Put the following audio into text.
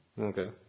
Okay